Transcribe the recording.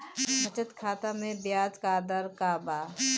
बचत खाता मे ब्याज दर का बा?